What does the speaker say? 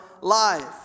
life